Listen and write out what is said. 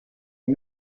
est